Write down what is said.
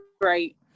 Great